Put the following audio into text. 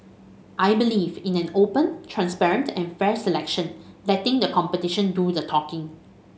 I believe in an open transparent and fair selection letting the competition do the talking